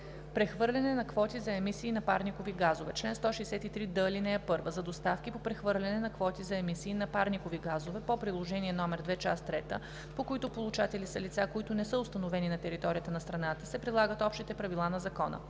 „Прехвърляне на квоти за емисии на парникови газове Чл. 163д. (1) За доставки по прехвърляне на квоти за емисии на парникови газове по приложение № 2, част трета, по които получатели са лица, които не са установени на територията на страната се прилагат общите правила на закона.